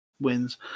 wins